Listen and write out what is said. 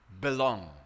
belong